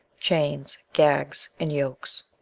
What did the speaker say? chains, gags, and yokes.